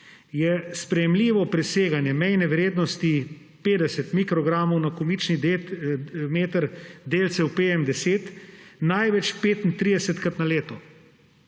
je sprejemljivo preseganje mejne vrednosti 50 mikrogramov na kubični meter delcev PM10 največ 35-krat na leto.